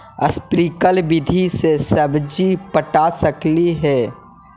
Sprinkle विधि से सब्जी पटा सकली हे?